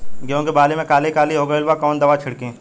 गेहूं के बाली में काली काली हो गइल बा कवन दावा छिड़कि?